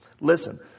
Listen